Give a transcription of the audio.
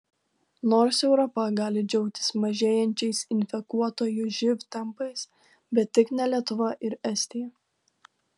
nors europa gali džiaugtis mažėjančiais infekuotųjų živ tempais bet tik ne lietuva ir estija